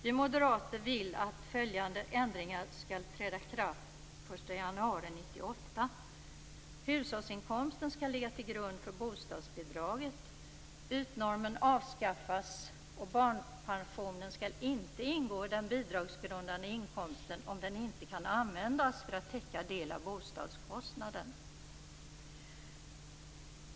Vi moderater vill att följande ändringar skall träda i kraft den 1 januari 1998: Hushållsinkomsten skall ligga till grund för bostadsbidraget, ytnormen avskaffas och barnpensionen skall inte ingå i den bidragsgrundande inkomsten om den inte kan användas för att täcka del av bostadskostnaden.